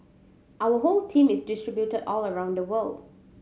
our whole team is distributed all around the world